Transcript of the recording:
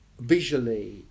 Visually